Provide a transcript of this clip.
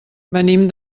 venim